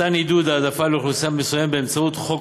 מתן עידוד והעדפה לאוכלוסייה מסוימת באמצעות חוק